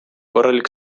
korralik